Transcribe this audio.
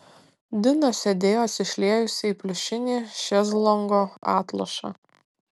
dina sėdėjo atsišliejusi į pliušinį šezlongo atlošą